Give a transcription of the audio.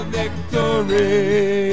victory